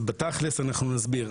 אז בתכלס אנחנו נסביר.